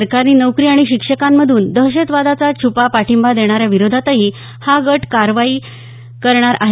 सरकारी नोकरी आणि शिक्षकांमधून दहशतवादासा छुपा पाठिंबा देणाऱ्यांविरोधातही हा गट कारवाई करणार आहे